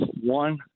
One